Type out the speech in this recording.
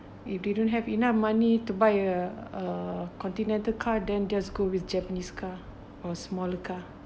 if they don't have enough money to buy a uh continental car then just go with japanese car or smaller car